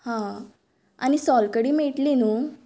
हा आनी सोलकडी मेळटली न्हू